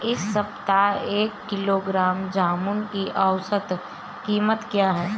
इस सप्ताह एक किलोग्राम जामुन की औसत कीमत क्या है?